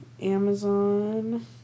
Amazon